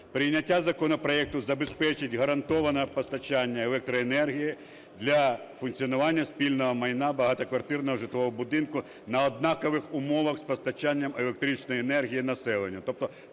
Прийняття законопроекту забезпечить гарантоване постачання електроенергії для функціонування спільного майна багатоквартирного житлового будинку на однакових умовах з постачанням електричної енергії населенню.